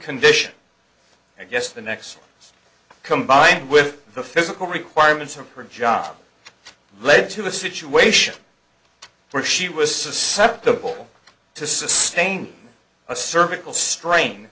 condition and yes the next combined with the physical requirements of her job led to a situation where she was susceptible to sustain a cervical strain